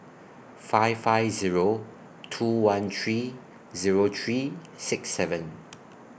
five five Zero two one three Zero three six seven